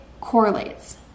correlates